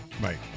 Right